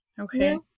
okay